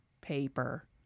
Paper